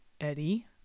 Eddie